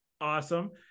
awesome